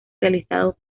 realizados